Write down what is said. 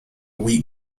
wheat